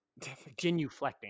Genuflecting